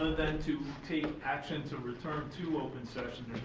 than to take action to return to open session,